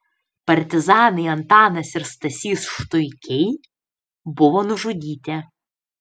partizanai antanas ir stasys štuikiai buvo nužudyti